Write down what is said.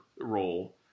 role